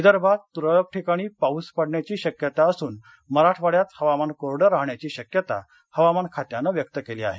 विदर्भात तुरळक ठिकाणी पाऊस पडण्याची शक्यता असून मराठवाङ्यात हवामान कोरडं राहण्याची शक्यता हवामान खात्यानं व्यक्त केली आहे